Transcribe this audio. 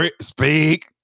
Speak